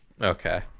Okay